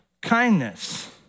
kindness